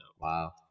Wow